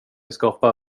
skapa